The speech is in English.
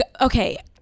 okay